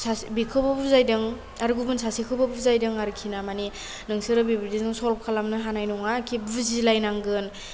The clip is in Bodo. सा बिखौबो बुजायदों आरो गुबुन सासेखौबो बुजायदों आरोखिना मानि नोंसोरो बेबायदिजों सल्भ खालामनो हानाय नङा खि बुजिलायनांगोन